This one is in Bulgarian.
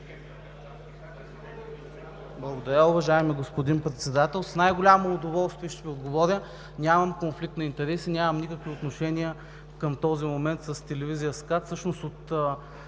Благодаря, уважаеми господин Председател. С най-голямо удоволствие ще Ви отговаря. Нямам конфликт на интереси, нямам никакви отношения към този момент с телевизия СКАТ.